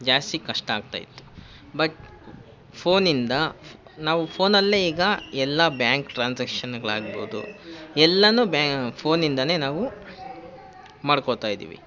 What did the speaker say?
ಜಾಸ್ತಿ ಕಷ್ಟ ಆಗ್ತಾಯಿತ್ತು ಬಟ್ ಫೋನಿಂದ ನಾವು ಫೋನಲ್ಲೇ ಈಗ ಎಲ್ಲ ಬ್ಯಾಂಕ್ ಟ್ರಾನ್ಸ್ಯಾಕ್ಷನ್ಗಳಾಗ್ಬೋದು ಎಲ್ಲ ಬ್ಯಾ ಫೋನಿಂದ ನಾವು ಮಾಡ್ಕೊತಾಯಿದ್ದಿವಿ